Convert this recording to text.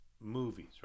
movies